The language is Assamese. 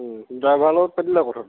ড্ৰাইভাৰৰ লগত পাতিলে কথাটো